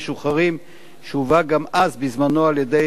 שהובא גם אז בזמנו על-ידי סגנית השר,